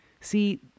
see